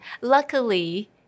luckily